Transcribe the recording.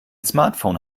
smartphone